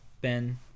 Ben